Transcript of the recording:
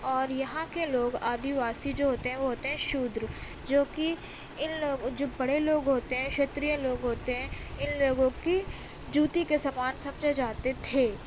اور یہاں کے لوگ آدیواسی جو ہوتے ہیں وہ ہوتے ہیں شودر جو کہ اِن لوگ جو بڑے لوگ ہوتے ہیں شتریہ لوگ ہوتے ہیں اِن لوگوں کی جوتی کے سمان سمجھے جاتے تھے